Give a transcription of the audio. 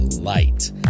light